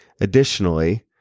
Additionally